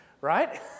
right